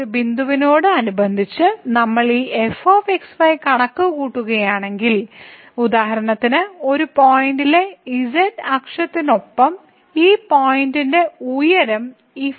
ഈ ബിന്ദുവിനോട് അനുബന്ധിച്ച് നമ്മൾ ഈ f x y കണക്കുകൂട്ടുകയാണെങ്കിൽ ഉദാഹരണത്തിന് ഈ പോയിന്റിലെ z അക്ഷത്തിനൊപ്പം ഈ പോയിന്റിലെ ഉയരം ഈ ഫംഗ്ഷന്റെ fx y